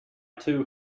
too